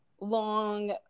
long